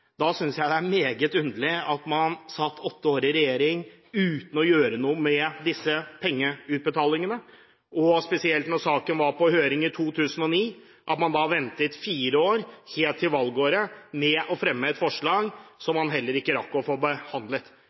jeg det er meget underlig at man satt åtte år i regjering uten å gjøre noe med disse pengeutbetalingene. Det er spesielt underlig at man, da saken var på høring i 2009, ventet fire år – helt til valgåret – med å fremme et forslag som man heller ikke rakk å få behandlet.